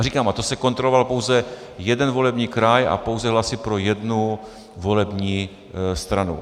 Říkám, to se kontroloval pouze jeden volební kraj a pouze hlasy pro jednu volební stranu.